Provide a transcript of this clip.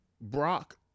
Brock